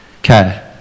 Okay